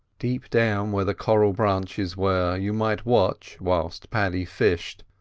deep down where the coral branches were you might watch, whilst paddy fished,